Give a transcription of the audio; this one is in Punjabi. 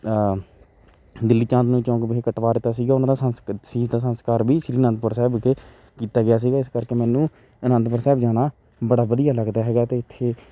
ਦਿੱਲੀ ਚਾਂਦਨੀ ਚੌਂਕ ਵਿਖੇ ਕਟਵਾ ਦਿੱਤਾ ਸੀਗਾ ਉਹਨਾਂ ਦਾ ਸੰਸ ਸੀਸ ਦਾ ਸੰਸਕਾਰ ਵੀ ਸ਼੍ਰੀ ਆਨੰਦਪੁਰ ਸਾਹਿਬ ਵਿਖੇ ਕੀਤਾ ਗਿਆ ਸੀਗਾ ਇਸ ਕਰਕੇ ਮੈਨੂੰ ਆਨੰਦਪੁਰ ਸਾਹਿਬ ਜਾਣਾ ਬੜਾ ਵਧੀਆ ਲੱਗਦਾ ਹੈਗਾ ਅਤੇ ਇੱਥੇ